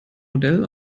modell